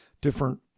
different